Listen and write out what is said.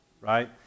right